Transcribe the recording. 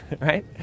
right